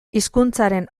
hizkuntzaren